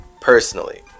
personally